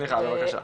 בבקשה.